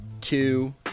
two